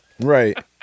Right